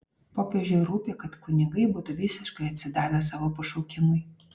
popiežiui rūpi kad kunigai būtų visiškai atsidavę savo pašaukimui